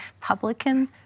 publican